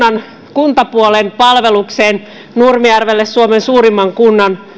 kuntapuolen palvelukseen nurmijärvelle suomen suurimman kunnan